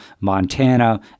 Montana